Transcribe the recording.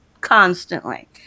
constantly